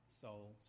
soul